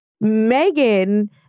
Megan